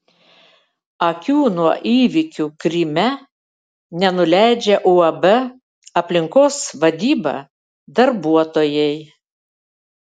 akių nuo įvykių kryme nenuleidžia uab aplinkos vadyba darbuotojai